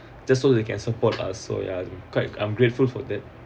just so they can support ah so ya quite I'm grateful for that